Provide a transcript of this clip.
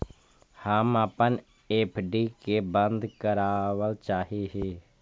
हम अपन एफ.डी के बंद करावल चाह ही